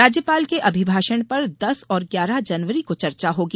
राज्यपाल के अभिभाषण पर दस और ग्यारह जनवरी को चर्चा होगी